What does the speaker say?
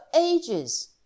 ages